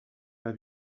pas